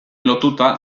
lotuta